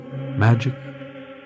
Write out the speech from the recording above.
Magic